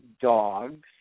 dogs